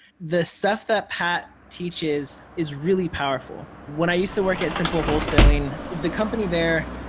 the stuff that pat teaches is really powerful. when i used to work at simple wholesaling, the company there,